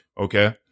okay